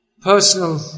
personal